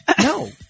No